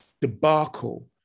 debacle